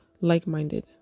Like-minded